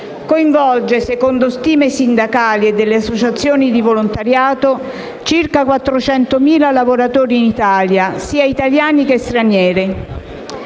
coinvolge, secondo stime sindacali e delle associazioni di volontariato, circa 400.000 lavoratori in Italia, sia italiani che stranieri.